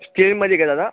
स्टीलमध्ये का दादा